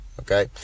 okay